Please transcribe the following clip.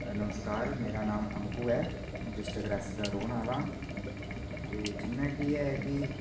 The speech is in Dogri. नमस्कार मेरा नाम अकूं ऐ डिस्ट्रिक्ट रियासी दा रौहन आहला हां ते जि'यां कि एह् ऐ कि